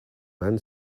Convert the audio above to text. man